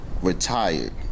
retired